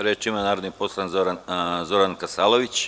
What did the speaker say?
Reč ima narodni poslanik Zoran Kasalović.